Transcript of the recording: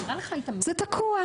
זה תקוע.